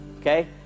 Okay